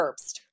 Herbst